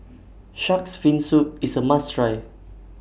Shark's Fin Soup IS A must Try